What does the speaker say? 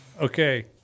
Okay